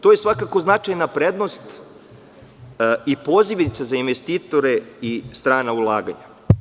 To je, svakako, značajna prednost i pozivnica za investitore i strana ulaganja.